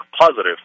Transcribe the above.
positive